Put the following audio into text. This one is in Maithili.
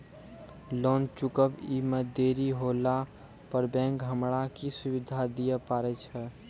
लोन चुकब इ मे देरी होला पर बैंक हमरा की सुविधा दिये पारे छै?